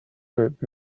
group